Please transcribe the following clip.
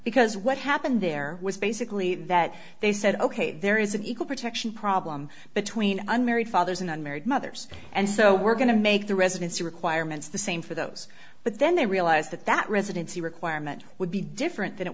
because what happened there was space that they said ok there is an equal protection problem between unmarried fathers and unmarried mothers and so we're going to make the residency requirements the same for those but then they realized that that residency requirement would be different than it